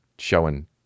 Showing